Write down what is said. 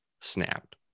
snapped